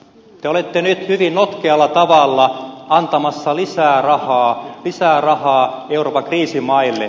te olette nyt hyvin notkealla tavalla antamassa lisää rahaa euroopan kriisimaille